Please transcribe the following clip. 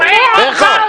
מי רצח?